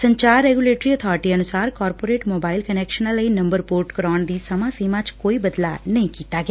ਸੰਚਾਰ regulatory authority ਅਨੁਸਾਰ corporate mobile ਕੰਨਕੈਸ਼ਨਾਂ ਲਈ ਨੰਬਰ ਪੋਰਟ ਕਰਾਉਣ ਦੀ ਸਮਾ ਸੀਮਾ ਚ ਕੋਈ ਬਦਲਾਅ ਨਹੀਂ ਕੀਤਾ ਗਿਆ